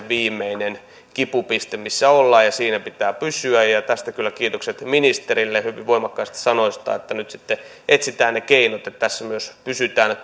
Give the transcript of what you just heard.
viimeinen kipupiste missä ollaan ja siinä pitää pysyä tässä kyllä kiitokset ministerille hyvin voimakkaista sanoista että nyt sitten etsitään ne keinot joilla tässä myös pysytään